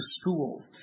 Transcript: school